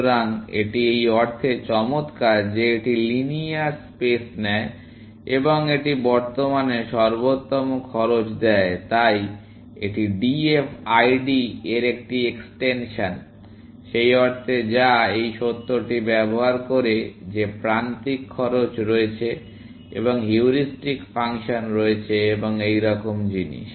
সুতরাং এটি এই অর্থে চমৎকার যে এটি লিনিয়ার স্পেস নেয় এবং এটি বর্তমানে সর্বোত্তম খরচ দেয় তাই এটি ডিএফআইডি এর একটি এক্সটেনশন সেই অর্থে যা এই সত্যটি ব্যবহার করে যে প্রান্তিক খরচ রয়েছে এবং হিউরিস্টিক ফাংশন রয়েছে এবং এরকম জিনিস